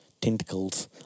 tentacles